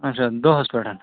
اَچھا دۄہَس پٮ۪ٹھ